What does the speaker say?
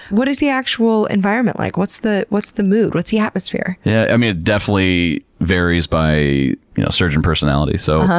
what is the actual environment like? what's the what's the mood? what's the atmosphere? yeah i mean it definitely varies by you know surgeon personality. so,